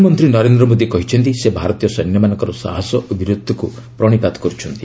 ପ୍ରଧାନମନ୍ତ୍ରୀ ନରେନ୍ଦ୍ର ମୋଦୀ କହିଛନ୍ତି ସେ ଭାରତୀୟ ସୈନ୍ୟମାନଙ୍କର ସାହସ ଓ ବୀରତ୍ୱକୁ ପ୍ରଣୀପାତ କରୁଛନ୍ତି